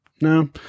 no